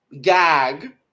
Gag